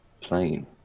plane